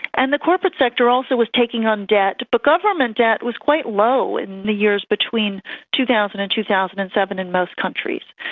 and the corporate sector also was taking on debt, but government debt was quite low in the years between two thousand and two thousand and seven in most countries.